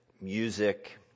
music